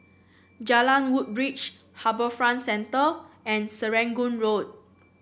Jalan Woodbridge HarbourFront Center and Serangoon Road